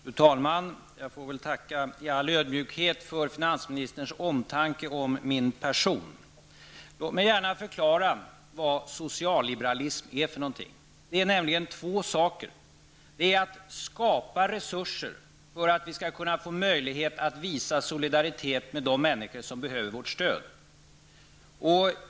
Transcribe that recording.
Fru talman! Jag får tacka i all ödmjukhet för finansministerns omtanke om min person. Låt mig gärna förklara vad socialliberalismen är för någonting. Det är att skapa resurser för att vi skall kunna få möjligheter att visa solidaritet med de människor som behöver vårt stöd.